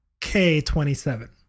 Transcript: k27